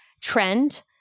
trend